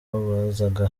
bazaga